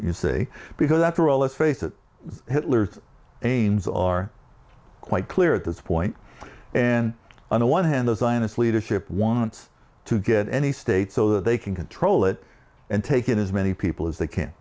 you see because after all let's face it hitler's ains are quite clear at this point in on the one hand the zionist leadership wants to get any state so they can control it and take it as many people as they can